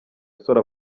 musore